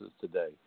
today